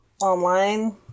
Online